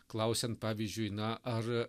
klausiant pavyzdžiui na ar